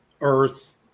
earth